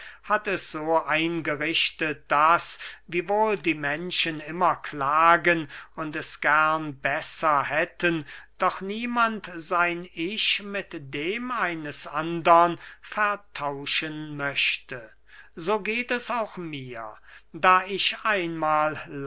hat es so eingerichtet daß wiewohl die menschen immer klagen und es gern besser hätten doch niemand sein ich mit dem eines andern vertauschen möchte so geht es auch mir da ich einmahl